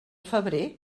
febrer